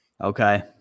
Okay